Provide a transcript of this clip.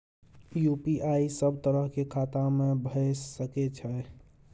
UPI सब तरह के खाता में भय सके छै?